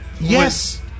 yes